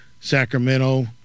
Sacramento